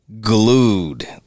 glued